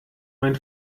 mein